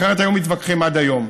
אחרת היו מתווכחים עד היום.